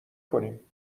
کنیم